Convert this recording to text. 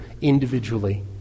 individually